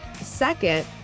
Second